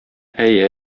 әйе